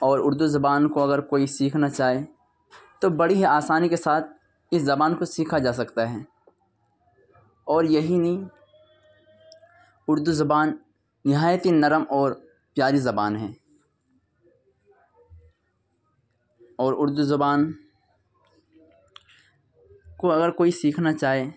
اور اردو زبان کو اگر كوئی سیکھنا چاہے تو بڑی ہی آسانی کے ساتھ اس زبان کو سیکھا جا سکتا ہے اور یہی نہیں اردو زبان نہایت ہی نرم اور پیاری زبان ہے اور اردو زبان کو اگر كوئی سیکھنا چاہے